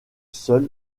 seul